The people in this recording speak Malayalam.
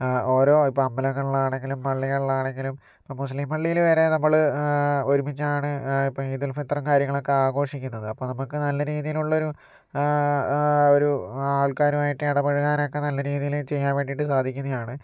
ഓരോ ഇപ്പോൾ അമ്പലങ്ങളിലാണെങ്കിലും പള്ളികളിലാണെങ്കിലും ഇപ്പോൾ മുസ്ലിം പള്ളിയിൽ വരെ നമ്മള് ഒരുമിച്ചാണ് ഈദുൽ ഫിത്തറും മറ്റ് കാര്യങ്ങളൊക്കെ ആഘോഷിക്കുന്നത് അപ്പം നമുക്ക് നല്ല രീതിയിലുള്ളൊരു ഒരു ആൾക്കാരുമായിട്ട് ഇടപഴകാനൊക്കെ നല്ല രീതിയില് ചെയ്യാൻ വേണ്ടിയിട്ട് സാധിക്കുന്നതാണ്